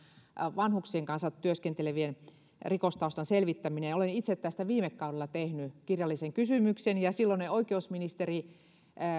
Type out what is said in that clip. vanhuksien kanssa työskentelevien rikostaustan selvittämiseen olen itse tästä viime kaudella tehnyt kirjallisen kysymyksen ja silloinen oikeusministeri